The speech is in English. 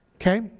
Okay